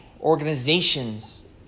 organizations